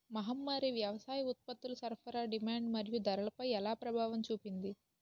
మహమ్మారి వ్యవసాయ ఉత్పత్తుల సరఫరా డిమాండ్ మరియు ధరలపై ఎలా ప్రభావం చూపింది?